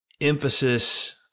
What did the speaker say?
emphasis